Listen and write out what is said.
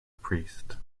priest